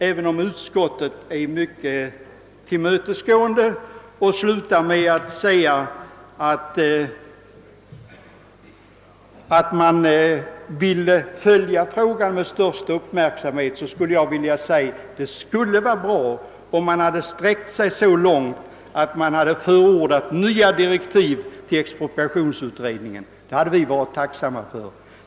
Även om utskottet är mycket tillmötesgående och har uttalat att man bör följa frågan med största uppmärksamhet, så hade det varit bra om man hade sträckt sig så långt som till att förorda nya direktiv till utredningen. Det hade vi varit tacksamma för.